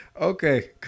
Okay